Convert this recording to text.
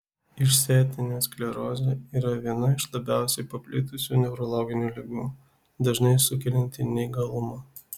išsėtinė sklerozė yra viena iš labiausiai paplitusių neurologinių ligų dažnai sukelianti neįgalumą